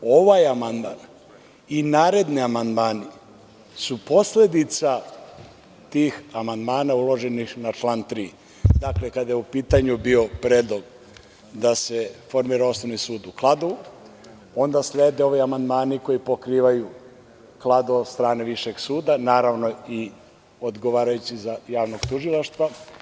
Ovaj amandman i naredni amandmani su posledica tih amandmana uloženih na član 3. Dakle, kada je bio u pitanju predlog da se formira Osnovni sud u Kladovu, onda slede ovi amandmani koji pokrivaju Kladovo od strane Višeg suda, naravno odgovarajući za javno tužilaštvo.